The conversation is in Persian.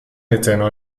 اعتنا